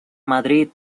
madrid